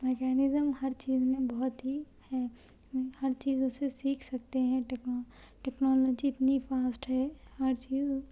mechanism ہر چیز میں بہت ہی ہے ہر چیز اس سے سیکھ سکتے ہیں ٹیکنا ٹیکنالوجی اتنی فاسٹ ہے ہر چیز